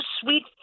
sweet